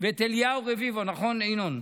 ואת אליהו רביבו, נכון, ינון?